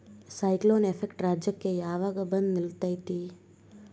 Cyclone effect ರಾಜ್ಯಕ್ಕೆ ಯಾವಾಗ ಬಂದ ನಿಲ್ಲತೈತಿ?